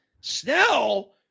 Snell